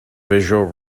visual